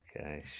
Okay